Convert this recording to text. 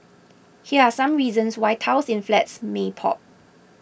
here are some reasons why tiles in flats may pop